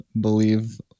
believe